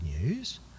news